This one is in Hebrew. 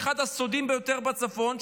אחד הסודיים ביותר בצפון,